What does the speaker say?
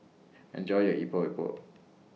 Enjoy your Epok Epok